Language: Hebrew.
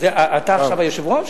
אתה עכשיו היושב-ראש?